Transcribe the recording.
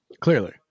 Clearly